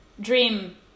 dream